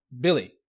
billy